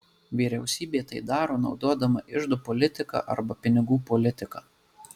vyriausybė tai daro naudodama iždo politiką arba pinigų politiką